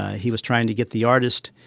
he was trying to get the artist